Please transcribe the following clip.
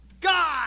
God